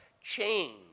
change